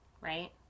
right